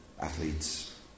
athletes